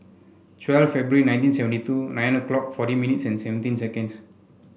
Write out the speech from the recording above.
twelve February nineteen seventy two nine o'clock forty minutes and seventeen seconds